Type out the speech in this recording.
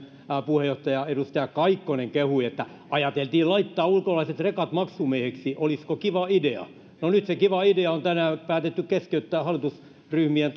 puheenjohtaja edustaja kaikkonen kehui että ajateltiin laittaa ulkolaiset rekat maksumiehiksi olisiko kiva idea no nyt se kiva idea on tänään päätetty keskeyttää hallitusryhmien